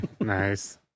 nice